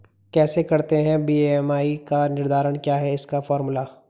कैसे करते हैं बी.एम.आई का निर्धारण क्या है इसका फॉर्मूला?